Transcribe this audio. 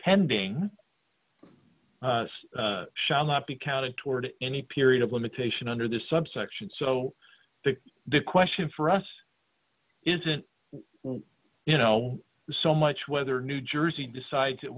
pending shall not be counted toward any period of limitation under this subsection so the question for us isn't you know so much whether new jersey decides